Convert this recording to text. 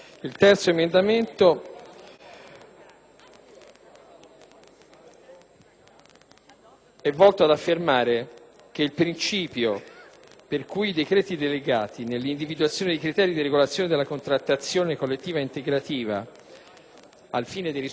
è volto ad affermare il principio per cui i decreti delegati, nell'individuazione dei criteri di regolazione della contrattazione collettiva integrativa, al fine di rispettare i vincoli di bilancio,